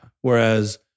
Whereas